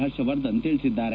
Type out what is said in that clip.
ಹರ್ಷವರ್ಧನ್ ತಿಳಿಸಿದ್ದಾರೆ